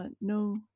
no